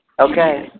Okay